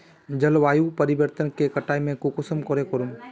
जलवायु परिवर्तन के कटाई में कुंसम करे करूम?